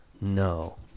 No